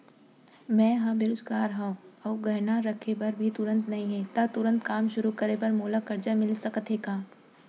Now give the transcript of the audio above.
मैं ह बेरोजगार हव अऊ गहना रखे बर भी तुरंत नई हे ता तुरंत काम शुरू करे बर मोला करजा मिलिस सकत हे का?